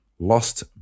Lost